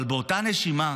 אבל באותה נשימה,